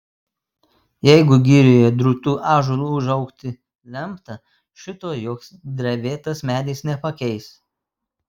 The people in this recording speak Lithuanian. jeigu girioje drūtu ąžuolu užaugti lemta šito joks drevėtas medis nepakeis